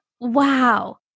Wow